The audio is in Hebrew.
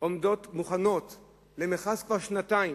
עומדות מוכנות למכרז כבר שנתיים,